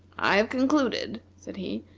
i have concluded, said he,